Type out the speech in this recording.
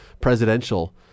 presidential